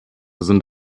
sind